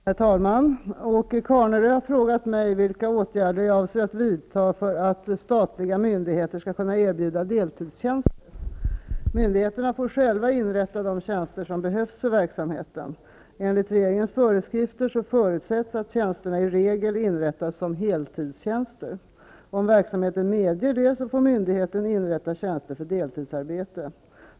Herr talman! Åke Carnerö har frågat mig vilka åtgärder jag avser att vidta för att statliga myndigheter skall kunna erbjuda deltidstjänster. Myndigheterna får själva inrätta de tjänster som behövs för verksamheten. Enligt regeringens föreskrifter förutsätts att tjänsterna i regel inrättas som heltidstjänster. Om verksamheten medger det får myndigheten inrätta tjänster för deltidsarbete.